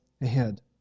ahead